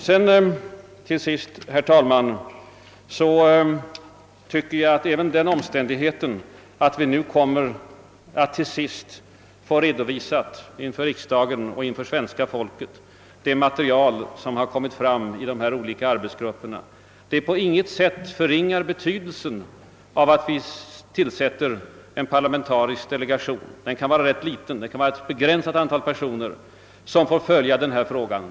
Den omständigheten, herr talman, att vi nu till sist kommer att få redovisat inför riksdagen och inför svenska folket det material, som kommit fram i de olika arbetsgrupperna, förringar på intet sätt betydelsen av en parlamentarisk delegation. Denna kan vara rätt liten; det kan räcka med att ett begränsat antal personer följer frågan.